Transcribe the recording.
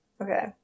Okay